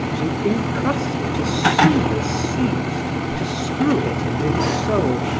to incrust it as soon as seized, to screw it into his soul,